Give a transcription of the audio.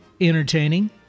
Entertaining